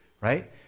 Right